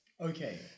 okay